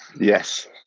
yes